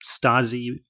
Stasi